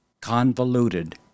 convoluted